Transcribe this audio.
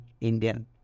Indian